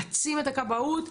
להעצים את הכבאות.